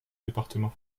département